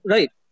Right